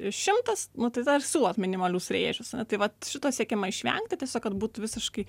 ir šimtas nu tai dar siūlot minimalius rėžius na tai vat šito siekiama išvengti tiesiog kad būtų visiškai